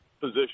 position